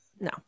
no